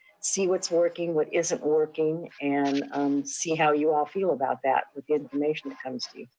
see what's working, what isn't working, and see how you all feel about that with the information that comes through.